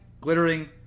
glittering